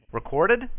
Recorded